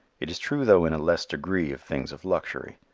it is true though in a less degree of things of luxury.